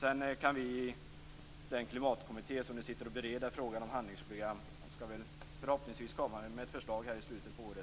Sedan skall den klimatkommitté som bereder frågan om handlingsprogram förhoppningsvis komma med ett förslag i slutet av året.